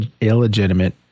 illegitimate